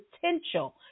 potential